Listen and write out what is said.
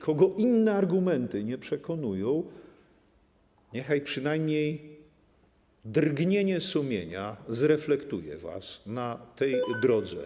Kogo inne argumenty nie przekonują, niechaj przynajmniej drgnienie sumienia zreflektuje na tej drodze.